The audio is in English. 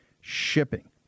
shipping